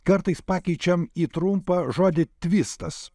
kartais pakeičiam į trumpą žodį tvistas